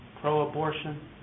pro-abortion